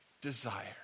desire